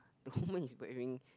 the woman is wearing